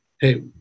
hey